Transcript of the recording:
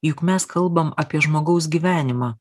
juk mes kalbam apie žmogaus gyvenimą